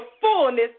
fullness